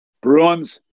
Bruins